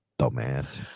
Dumbass